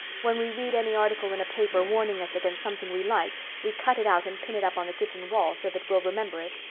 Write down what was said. when we read any article in a paper warning us against something we like we cut it out and pin it up on the kitchen wall so that we'll remember it.